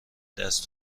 دست